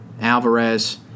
Alvarez